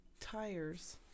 Tires